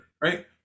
right